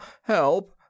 Help